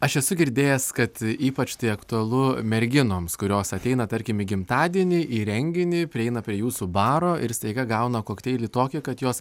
aš esu girdėjęs kad ypač tai aktualu merginoms kurios ateina tarkim į gimtadienį į renginį prieina prie jūsų baro ir staiga gauna kokteilį tokį kad jos